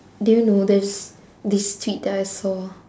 do you know there's this tweet that I saw